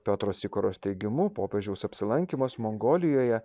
petro sikoros teigimu popiežiaus apsilankymas mongolijoje